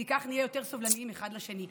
כי כך נהיה יותר סובלניים אחד לשני.